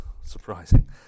Surprising